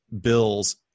bills